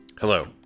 Hello